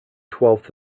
twelfth